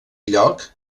lloc